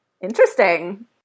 Interesting